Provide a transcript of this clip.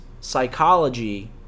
psychology